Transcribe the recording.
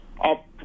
up